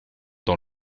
dans